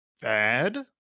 bad